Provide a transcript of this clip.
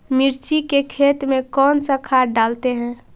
मिर्ची के खेत में कौन सा खाद डालते हैं?